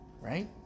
Right